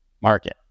market